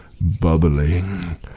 bubbling